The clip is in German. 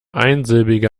einsilbige